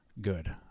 good